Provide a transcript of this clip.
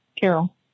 Carol